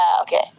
Okay